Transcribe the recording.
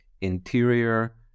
interior